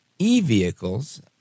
E-vehicles